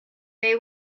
they